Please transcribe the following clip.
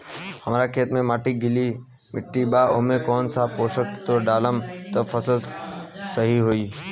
हमार खेत के माटी गीली मिट्टी बा ओमे कौन सा पोशक तत्व डालम त फसल सही होई?